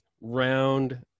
round